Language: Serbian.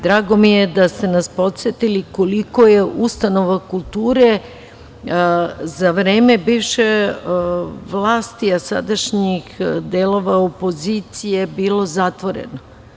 Drago mi je da ste nas podsetili koliko je ustanova kulture za vreme bivše vlasti, a sadašnjih delova opozicije bio zatvoreno.